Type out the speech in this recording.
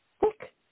thick